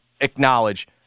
acknowledge